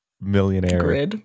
millionaire